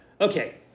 Okay